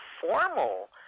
formal